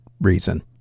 reason